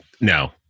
No